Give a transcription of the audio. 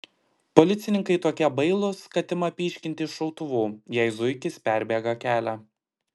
policininkai tokie bailūs kad ima pyškinti iš šautuvų jei zuikis perbėga kelią